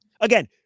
Again